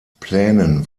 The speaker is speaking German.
plänen